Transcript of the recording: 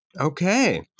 Okay